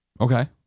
Okay